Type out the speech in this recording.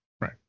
Right